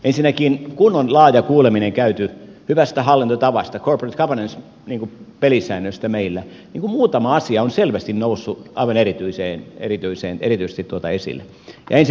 ensinnäkin kun on laaja kuuleminen käyty hyvästä hallintotavasta corporate governance pelisäännöistä meillä niin muutama asia on selvästi noussut aivan erityisesti esille